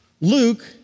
Luke